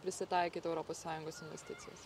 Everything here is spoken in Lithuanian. prisitaikyti europos sąjungos investicijas